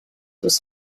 was